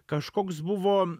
kažkoks buvo